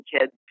kids